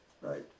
right